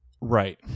Right